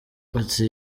ati